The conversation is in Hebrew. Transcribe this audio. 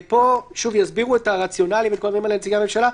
פה, שוב, יסבירו את הרציונל נציגי הממשלה.